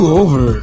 over